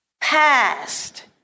past